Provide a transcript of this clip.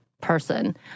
person